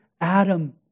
Adam